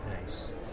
Nice